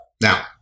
Now